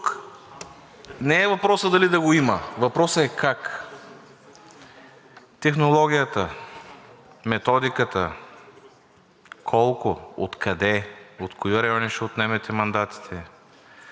не е въпросът дали да го има, а въпросът е как? Технологията, методиката, колко, откъде, от кои райони ще отнемете мандатите,